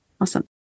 awesome